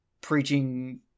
preaching